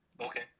okay